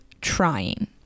trying